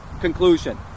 conclusion